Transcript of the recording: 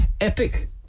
epic